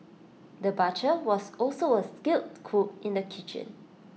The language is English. the butcher was also A skilled cook in the kitchen